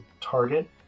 target